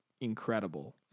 incredible